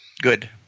Good